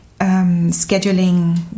scheduling